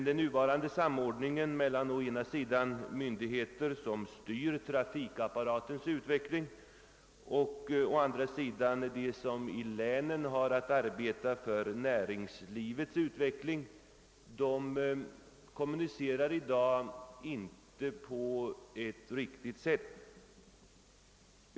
Den nuvarande samordningen mellan å ena sidan de myndigheter som styr trafikapparatens utveckling och å andra sidan de instanser, som i länen har att arbeta för näringslivets utveckling, fungerar i dag inte på ett riktigt sätt.